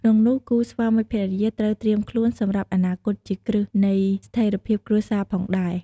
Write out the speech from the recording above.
ក្នុងនោះគូស្វាមីភរិយាក៏ត្រូវត្រៀមខ្លួនសម្រាប់អនាគតជាគ្រឹះ នៃស្ថេរភាពគ្រួសារផងដែរ។